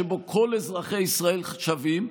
שבו כל אזרחי ישראל שווים,